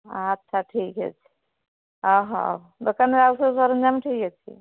ଆଛା ଠିକ୍ ଅଛି ହଉ ଦୋକାନରେ ଆଉ ସବୁ ସରଞ୍ଜାମ ଠିକ୍ ଅଛି